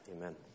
Amen